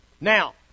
Now